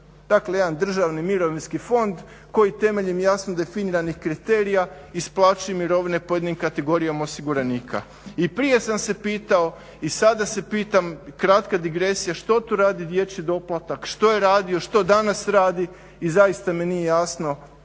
Dakle, jedan državni mirovinski fond koji temeljem jasno definiranih kriterija isplaćuje mirovine pojedinim kategorijama osiguranika. I prije sam se pitao i sada se pitam kratka digresija što tu radi dječji doplatak, što je radio, što danas radi i zaista mi nije jasno